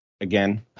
again